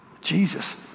Jesus